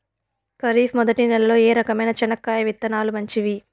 ఖరీఫ్ మొదటి నెల లో ఏ రకమైన చెనక్కాయ విత్తనాలు మంచివి